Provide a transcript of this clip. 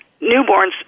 newborns